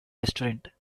restaurant